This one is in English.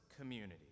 Community